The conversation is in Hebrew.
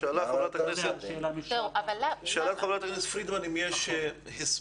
שאלה חברת הכנסת פרידמן אם יש הסבר.